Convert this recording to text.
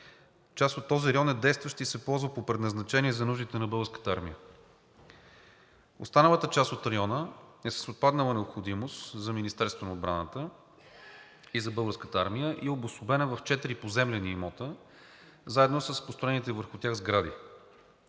Част от този район е действащ и се ползва по предназначение за нуждите на Българската армия. Останалата част от района е с отпаднала необходимост за Министерството на отбраната и за Българската армия и е обособена в четири поземлени имота заедно с построените върху тях сгради.